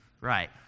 Right